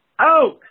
out